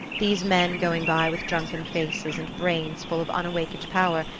these men, going by with drunken faces and brains full of unawakened power,